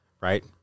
right